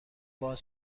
باز